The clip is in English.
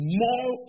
more